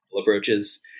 approaches